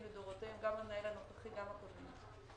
לדורותיהם גם המנהל הנוכחי וגם הקודמים,